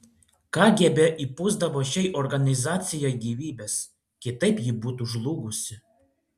kgb įpūsdavo šiai organizacijai gyvybės kitaip ji būtų žlugusi